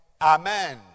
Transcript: Amen